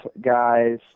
guys